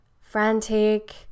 frantic